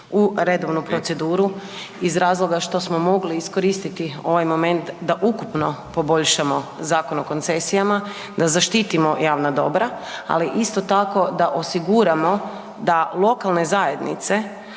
u redovnu proceduru iz razloga što smo mogli iskoristiti ovaj moment da ukupno poboljšamo Zakon o koncesijama, da zaštitimo javna dobra ali isto tako da osiguramo da lokalne zajednice